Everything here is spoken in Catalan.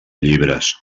llibres